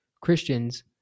Christians